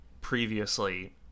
previously